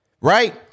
right